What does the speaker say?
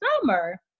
summer